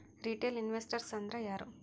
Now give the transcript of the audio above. Retail investors ಅಂದ್ರಾ ಯಾರು?